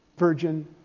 virgin